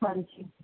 ਹਾਂਜੀ